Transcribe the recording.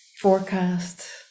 forecast